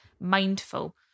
mindful